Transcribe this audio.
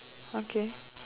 okay